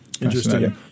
Interesting